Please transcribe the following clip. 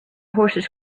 horses